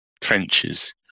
trenches